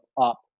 up